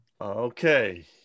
Okay